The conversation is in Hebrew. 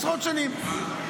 עשרות שנים.